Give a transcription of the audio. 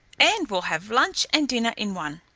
and we'll have lunch and dinner in one.